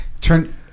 Turn